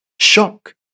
Shock